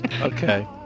okay